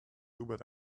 hubert